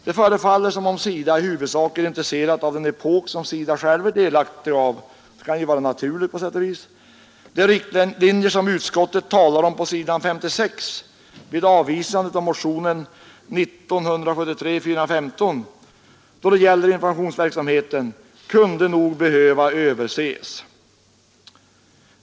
Det förefaller som om SIDA i huvudsak har intresse för den epok som SIDA själv är delaktig av; det kan på sätt och vis vara naturligt. De riktlinjer som utskottet talar om på s. 56 i betänkandet vid avvisandet av motionen 415 angående informationsverksamheten kunde nog behöva överses.